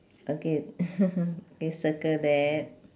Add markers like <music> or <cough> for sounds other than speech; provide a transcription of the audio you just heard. okay <laughs> K circle that